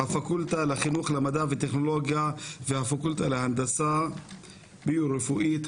הפקולטה לחינוך למדע וטכנולוגיה והפקולטה להנדסה ביו-רפואית,